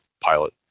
pilot